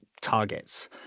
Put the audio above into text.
targets